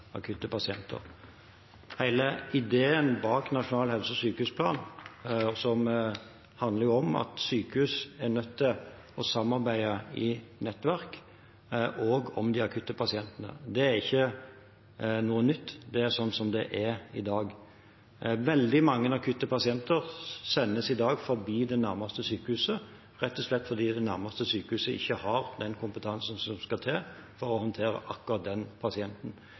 ideen bak Nasjonal helse- og sykehusplan handler om at sykehus er nødt til å samarbeide i nettverk, også om akuttpasientene. Det er ikke noe nytt. Det er slik det er i dag. Veldig mange akuttpasienter sendes i dag forbi det nærmeste sykehuset, rett og slett fordi det nærmeste sykehuset ikke har den kompetansen som skal til for å håndtere akkurat den pasienten.